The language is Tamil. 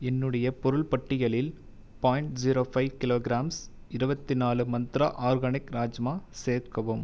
என்னுடைய பொருள் பட்டியலில் பாயிண்ட் ஜீரோ ஃபைவ் கிலோகிராம்ஸ் இருபத்தி நாலு மந்த்ரா ஆர்கானிக் ராஜ்மா சேர்க்கவும்